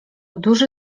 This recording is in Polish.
duży